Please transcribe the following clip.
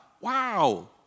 Wow